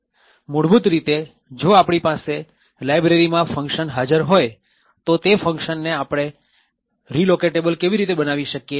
મૂળભૂત રીતે જો આપણી પાસે લાયબ્રેરી માં ફંક્શન હાજર હોય તો તે ફંક્શન ને આપણે રીલોકેટેબલ કેવી રીતે બનાવી શકીએ